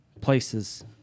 places